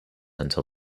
until